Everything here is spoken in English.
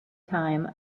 time